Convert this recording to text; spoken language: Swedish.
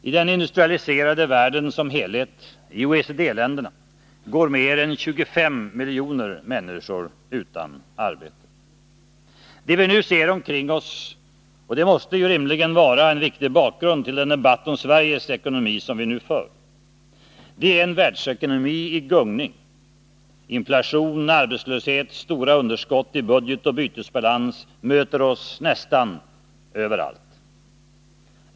I den industrialiserade världen som helhet, i OECD-länderna, går mer än 25 miljoner människor utan arbete. Det vi nu ser omkring oss — och det måste rimligen vara en riktig bakgrund till den debatt om Sveriges ekonomi som vi nu för — är en världsekonomi i gungning. Inflation, arbetslöshet, stora underskott i budget och bytesbalans möter oss nästan överallt.